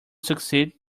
succeed